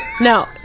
no